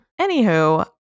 Anywho